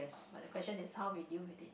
but the question is how we deal with it